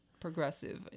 progressive